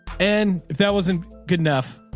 and if that wasn't good enough,